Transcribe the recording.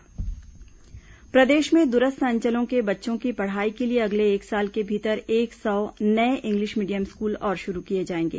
मुख्यमंत्री कोरिया प्रदेश में दूरस्थ अंचलों के बच्चों की पढ़ाई के लिए अगले एक साल के भीतर एक सौ नये इंग्लिश मीडियम स्कूल और शुरू किए जाएंगे